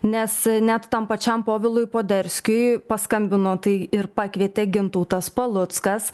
nes net tam pačiam povilui poderskiui paskambino tai ir pakvietė gintautas paluckas